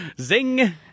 Zing